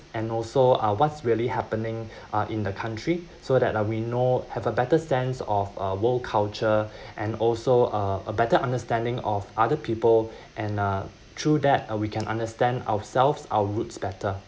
and also uh what's really happening uh in the country so that uh we know have a better sense of a world culture and also a better understanding of other people and uh through that or we can understand ourselves our roots better